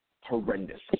horrendous